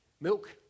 Milk